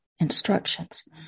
instructions